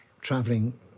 traveling